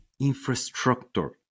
infrastructure